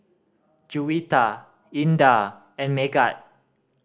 Juwita Indah and Megat